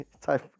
type